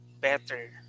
better